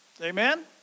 amen